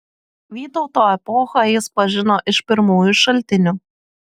vytauto epochą jis pažino iš pirmųjų šaltinių